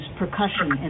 percussion